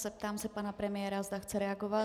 Zeptám se pana premiéra, zda chce reagovat.